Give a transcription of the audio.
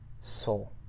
soul